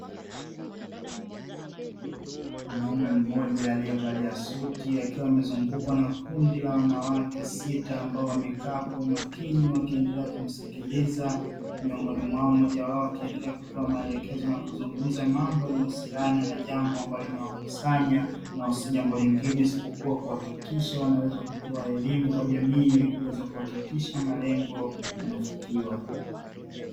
Mwanaume mmoja aliyevalia suti akiwa amezungukwa na kundi la wanawake sita ambao wamekaa kwa umakini wakiendelea kumsikiliza, miongoni mwao mmoja wao akiendelea kutoa maelekezo na kuzungumza mambo yanayohusiana na jambo ambalo limewakusanya na sio jambo lingine isipokuwa ni kuhakikisha wanaweza kutoa elimu kwa jamii ili kuweza kuhakikisha malengo yanafikiwa.